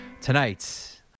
tonight